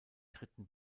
dritten